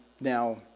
now